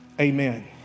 Amen